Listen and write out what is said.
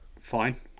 Fine